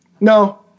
No